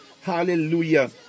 hallelujah